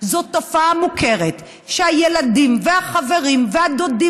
זאת תופעה מוכרת שהילדים והחברים והדודים